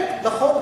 כן, נכון.